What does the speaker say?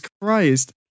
Christ